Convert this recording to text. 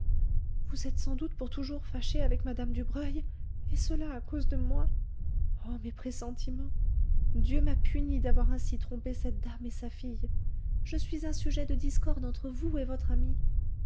vous êtes sans doute pour toujours fâchée avec mme dubreuil et cela à cause de moi oh mes pressentiments dieu m'a punie d'avoir ainsi trompé cette dame et sa fille je suis un sujet de discorde entre vous et votre amie